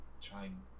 trying